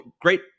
great